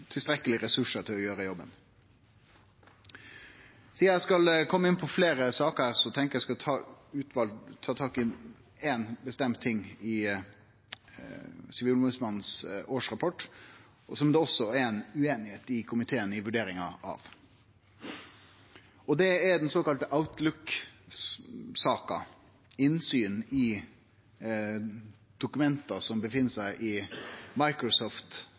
å gjere jobben. Sidan eg skal kome inn på fleire saker, tenkte eg å ta tak i éin bestemt ting i Sivilombodsmannens årsrapport, ein ting som det også er ei usemje i komiteen om vurderinga av. Det gjeld den såkalla Outlook-saka – innsyn i dokument som finst i